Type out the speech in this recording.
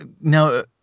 now